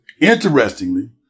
Interestingly